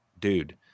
dude